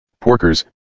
Porkers